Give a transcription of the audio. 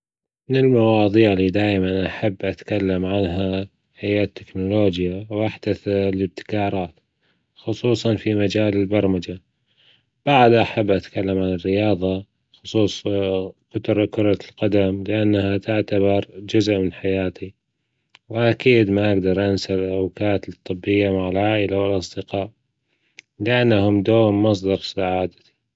من المواضيع اللى دايما أحب أتكلم عنها هى التكنولوجيا وأحدث الأبتكارات خصوصا في مجال البرمجة، بعدها أحب أتكلم عن الرياضة خصوصا كرة القدم لأنها تعتبر جزء من حياتي، وأكيد ما أجدر أنسى الأوجات الطيبة مع العائلة والأصدقاء لأنهم دوم مصدر سعادتى.